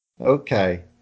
Okay